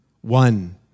One